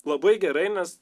labai gerai nes